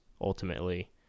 ultimately